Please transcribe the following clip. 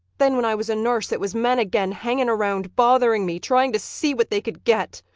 then when i was a nurse, it was men again hanging around, bothering me, trying to see what they could get.